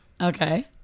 Okay